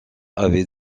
avait